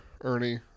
Ernie